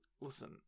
Listen